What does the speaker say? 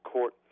Court